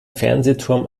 fernsehturm